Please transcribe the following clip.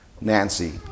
Nancy